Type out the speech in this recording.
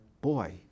boy